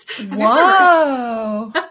Whoa